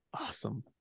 Awesome